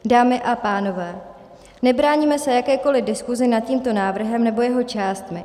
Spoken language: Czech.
Dámy a pánové, nebráníme se jakékoliv diskusi nad tímto návrhem nebo jeho částmi.